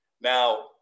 Now